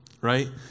right